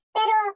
pero